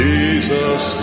Jesus